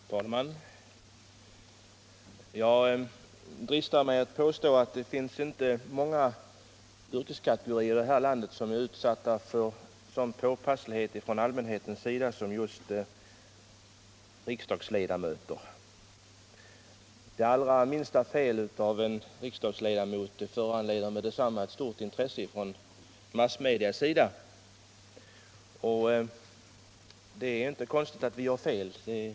Herr talman! Jag dristar mig att påstå att det inte finns många yrkeskategorier i det här landet som är utsatta för sådan påpasslighet från allmänhetens sida som just riksdagsledamöter. Det allra minsta fel av en riksdagsledamot föranleder med detsamma ett stort intresse från massmedias sida. Det är inte konstigt att vi gör fel.